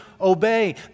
obey